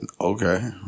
Okay